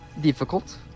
difficult